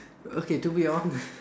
okay to be honest